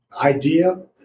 idea